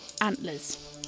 antlers